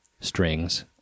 strings